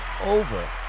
over